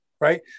right